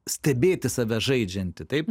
stebėti save žaidžiantį taip